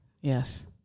Yes